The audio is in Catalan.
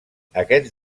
aquests